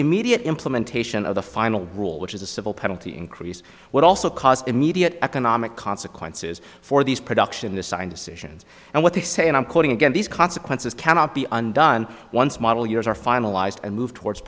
immediate implementation of the final rule which is a civil penalty increase would also cause immediate economic consequences for these production design decisions and what they say and i'm quoting and these consequences cannot be undone once model years are finalized and move towards